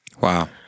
Wow